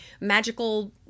magical